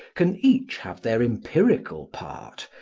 can each have their empirical part,